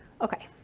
Okay